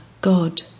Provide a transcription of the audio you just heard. God